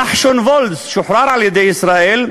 נחשון וולס שוחרר על-ידי ישראל,